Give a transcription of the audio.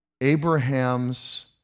Abraham's